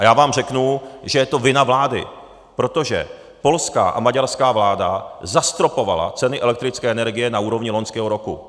A já vám řeknu, že je to vina vlády, protože polská a maďarská vláda zastropovala ceny elektrické energie na úrovni loňského roku.